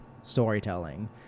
storytelling